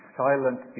silent